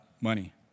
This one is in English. money